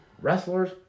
wrestlers